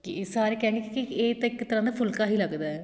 ਕਿ ਇਹ ਸਾਰੇ ਕਹਿਣਗੇ ਕਿ ਇਹ ਤਾਂ ਇੱਕ ਤਰ੍ਹਾਂ ਦਾ ਫੁਲਕਾ ਹੀ ਲੱਗਦਾ ਹੈ